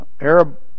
Arab